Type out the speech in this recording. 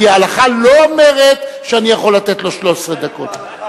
כי ההלכה לא אומרת שאני יכול לתת לו 13 דקות.